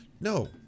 no